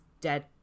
dead